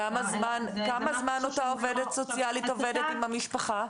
כמה זמן אותה עובדת סוציאלית עובדת עם המשפחה?